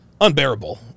unbearable